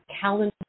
calendar